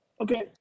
okay